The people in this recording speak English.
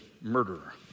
murderer